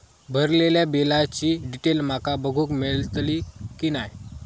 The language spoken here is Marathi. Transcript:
भरलेल्या बिलाची डिटेल माका बघूक मेलटली की नाय?